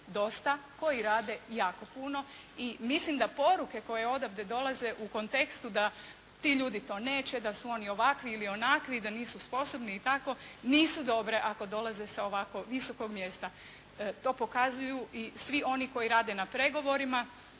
dosta koji rade jako puno i mislim da poruke koje odavde dolaze u kontekstu da ti ljudi to neće, da su oni ovakvi ili onakvi, da nisu sposobni i tako, nisu dobre ako dolaze sa ovako visokog mjesta. To pokazuju i svi oni koji rade na pregovorima,